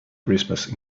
christmas